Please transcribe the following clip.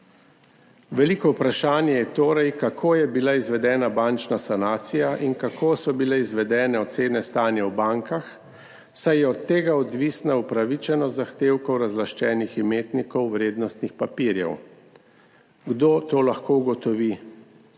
Veliko vprašanje je torej, kako je bila izvedena bančna sanacija in kako so bile izvedene ocene stanja v bankah, saj je od tega odvisna upravičenost zahtevkov razlaščenih imetnikov vrednostnih papirjev. Kdo to lahko ugotovi?